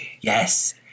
Yes